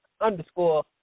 underscore